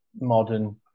modern